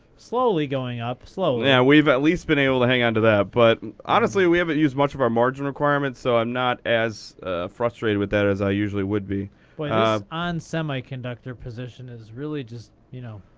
slowly going up, slowly. yeah, we've at least been able to hang on to that. but honestly, we haven't used much of our margin requirements. so i'm not as frustrated with that as i usually would be. boy, this ah on semiconductor position is really just, you know,